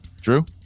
Drew